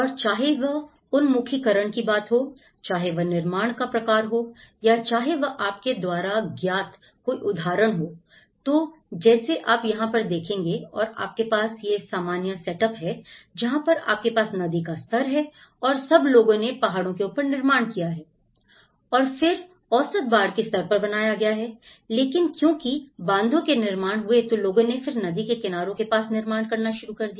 और चाहे वह उन्मुखीकरण की बात हो चाहे वह निर्माण का प्रकार हो या चाहे वह आपके द्वारा ज्ञात कोई उदाहरण हो तो जैसे आप यहां पर देखेंगे आपके पास यह सामान्य सेटअप है जहां पर आपके पास नदी का स्तर है और सब लोगों ने पहाड़ों के ऊपर निर्माण किया है और फिर औसत बाढ़ के स्तर पर बनाया गया है लेकिन क्योंकि बांधों के निर्माण हुए तो लोगों ने फिर नदी के किनारों के पास निर्माण करना शुरू कर दिया